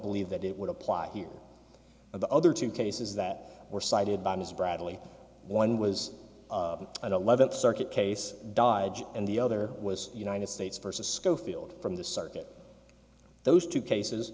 believe that it would apply here of the other two cases that were cited by mr bradley one was an eleventh circuit case died and the other was united states versus schofield from the circuit those two cases